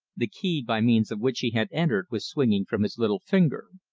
the key by means of which he had entered was swinging from his little finger.